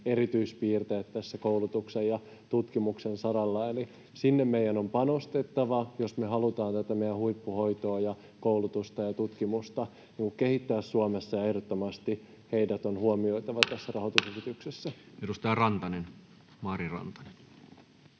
erityispiirteet tässä koulutuksen ja tutkimuksen saralla. Eli sinne meidän on panostettava, jos me halutaan tätä meidän huippuhoitoa ja koulutusta ja tutkimusta kehittää Suomessa, ja ehdottomasti heidät on huomioitava tässä rahoitusesityksessä.